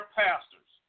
pastors